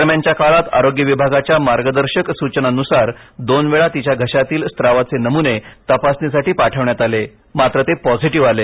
दरम्यानच्या काळात आरोग्य विभागाच्या मार्गदर्शक सूचनांनुसार दोन वेळा तिच्या घशातील स्त्रावाचे नमूने तपासणीसाठी पाठवण्यात आले मात्र ते पॉझिटिव्ह आले